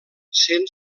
sent